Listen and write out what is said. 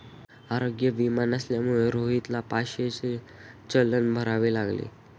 आरोग्य विमा नसल्यामुळे रोहितला पाचशेचे चलन भरावे लागले